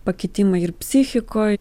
pakitimai ir psichikoj